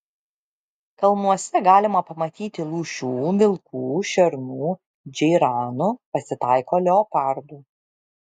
kalnuose galima pamatyti lūšių vilkų šernų džeiranų pasitaiko leopardų